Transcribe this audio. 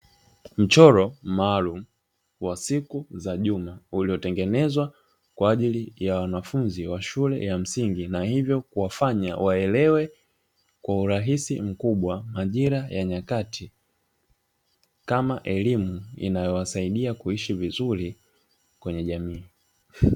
Mchoro maalumu wa siku za juma uliotengenezwa kwa ajili ya wanafunzi wa shule ya msingi na hivyo kuwafanya waelewe kwa urahisi mkubwa majira ya nyakati, kama elimu inayowasaidia kuishi vizuri kwenye jamii.